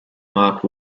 mark